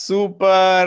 Super